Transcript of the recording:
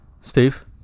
Steve